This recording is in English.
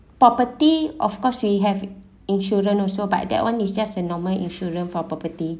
property of course we have insurance also but that one is just a normal insurance for property